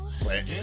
Play